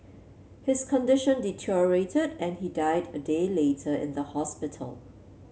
his condition deteriorated and he died a day later in the hospital